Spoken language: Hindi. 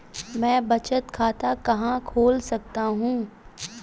मैं बचत खाता कहाँ खोल सकता हूँ?